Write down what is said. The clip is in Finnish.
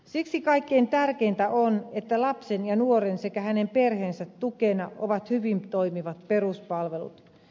siksi kaikkein tärkeintä on että lapsen ja nuoren sekä hänen perheensä tukena ovat hyvin toimivat peruspalvelut